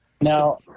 Now